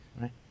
right